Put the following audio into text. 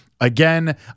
Again